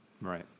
right